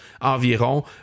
environ